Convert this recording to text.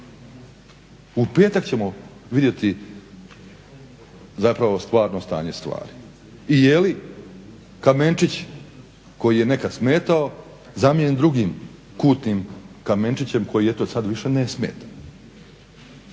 U petak ćemo vidjeti zapravo stvarno stanje stvari i je li kamenčić koji je nekad smetao zamijeni drugim kutnim kamenčićem koji eto sad više ne smeta.